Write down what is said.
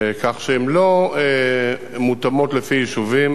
כך שהן לא מותאמות לפי יישובים,